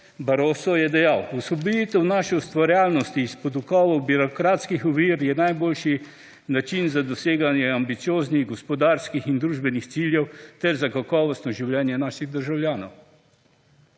Barosso je dejal: /nerazumljivo/ naše ustvarjalnosti izpod okovov birokratskih ovir je najboljši način za doseganje ambicioznih gospodarskih in družbenih ciljev ter za kakovostno življenje naših državljanov.